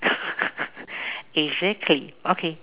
exactly okay